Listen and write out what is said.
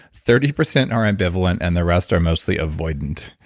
thirty percent are ambivalent and the rest are mostly avoidant.